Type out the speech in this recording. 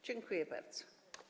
Dziękuję bardzo.